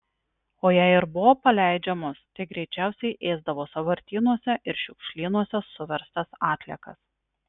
o jei ir buvo paleidžiamos tai greičiausiai ėsdavo sąvartynuose ir šiukšlynuose suverstas atliekas